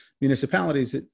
municipalities